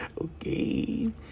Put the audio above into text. Okay